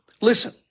Listen